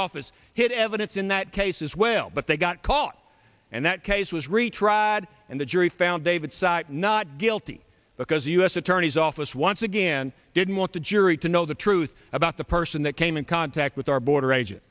office hid evidence in that case as well but they got caught and that case was retried and the jury found david scott not guilty because the u s attorney's office once again didn't want the jury to know the truth about the person that came in contact with our border agent